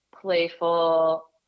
playful